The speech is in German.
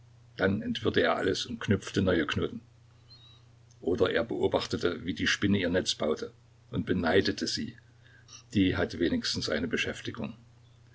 dann entwirrte er alles und knüpfte neue knoten oder er beobachtete wie die spinne ihr netz baute und beneidete sie die hat wenigstens eine beschäftigung